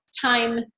time